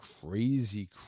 crazy